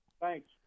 Thanks